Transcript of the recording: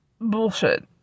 Bullshit